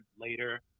later